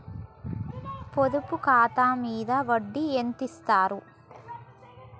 పొదుపు ఖాతా మీద వడ్డీ ఎంతిస్తరు?